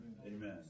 Amen